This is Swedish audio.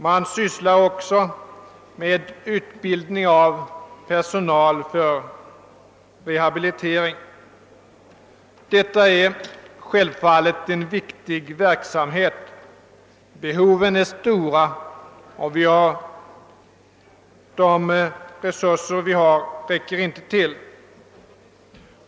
Man sysslar också med utbildning av personal för rehabilitering. Detta är självfallet en viktig verksamhet. Behoven är stora och resurserna räcker inte till.